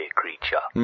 creature